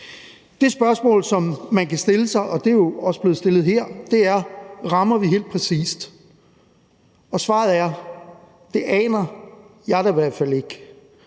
Det spørgsmål, som man kan stille sig – og det er jo også blevet stillet her – er: Rammer vi helt præcist? Og svaret er: Det aner jeg da i hvert fald ikke.